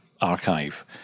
archive